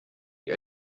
die